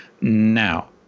Now